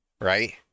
right